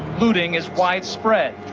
looting is widespread.